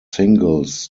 singles